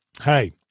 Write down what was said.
hey